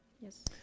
Yes